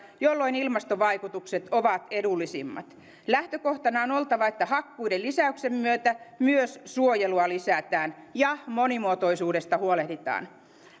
jolloin ilmastovaikutukset ovat edullisimmat lähtökohtana on oltava että hakkuiden lisäyksen myötä myös suojelua lisätään ja monimuotoisuudesta huolehditaan